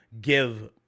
give